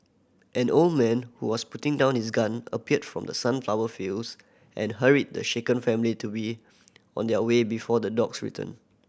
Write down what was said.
an old man who was putting down his gun appeared from the sunflower fields and hurried the shaken family to be on their way before the dogs return